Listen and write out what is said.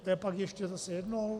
To je pak ještě zase jednou?